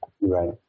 Right